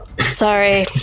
sorry